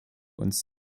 uns